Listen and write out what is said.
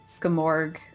Gamorg